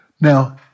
Now